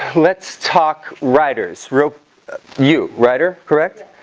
let's talk ryder's rope you writer correct.